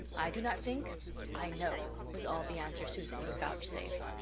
i do not think i know, was all the answer susan would vouchsafe.